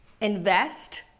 invest